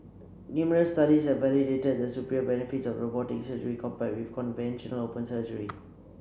numerous studies have validated the superior benefits of robotic surgery compared with conventional open surgery